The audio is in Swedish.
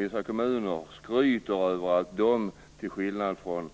Vissa kommunalråd skryter över att deras kommuner, till skillnad från